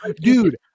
dude